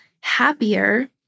happier